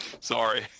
Sorry